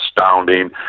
astounding